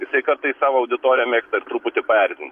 jisai kartais savo auditoriją mėgsta ir truputį paerzint